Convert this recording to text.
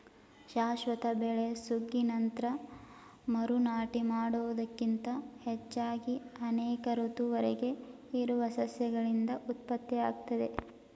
ಶಾಶ್ವತ ಬೆಳೆ ಸುಗ್ಗಿ ನಂತ್ರ ಮರು ನಾಟಿ ಮಾಡುವುದಕ್ಕಿಂತ ಹೆಚ್ಚಾಗಿ ಅನೇಕ ಋತುವರೆಗೆ ಇರುವ ಸಸ್ಯಗಳಿಂದ ಉತ್ಪತ್ತಿಯಾಗ್ತದೆ